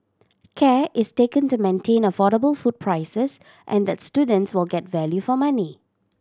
care is taken to maintain affordable food prices and that students will get value for money